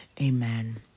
Amen